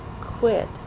quit